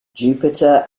jupiter